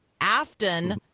Afton